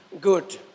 good